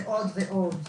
ועוד ועוד.